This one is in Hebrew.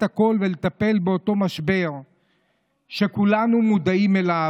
הכול ולטפל באותו משבר שכולנו מודעים אליו,